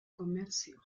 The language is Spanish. comercio